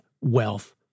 wealth